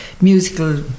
musical